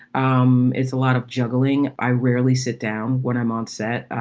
um it's a lot of juggling. i rarely sit down when i'm on set